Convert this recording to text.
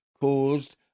caused